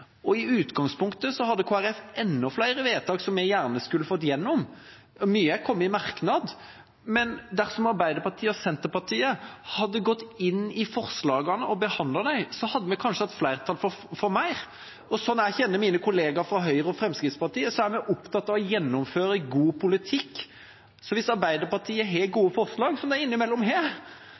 SV. I utgangspunktet hadde Kristelig Folkeparti enda flere forslag til vedtak som vi gjerne skulle fått igjennom. Mye er kommet i merknads form – men dersom Arbeiderpartiet og Senterpartiet hadde gått inn i forslagene og behandlet dem, hadde vi kanskje hatt flertall for mer. Slik jeg kjenner mine kollegaer fra Høyre og Fremskrittspartiet, er de opptatt av å gjennomføre god politikk. Hvis Arbeiderpartiet har gode forslag – som de innimellom har – lytter vi selvsagt til dem og tar det med. Dette er